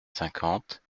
cinquante